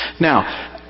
Now